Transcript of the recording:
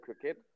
cricket